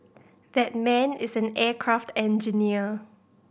that man is an aircraft engineer